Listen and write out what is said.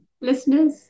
Listeners